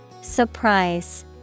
Surprise